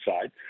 side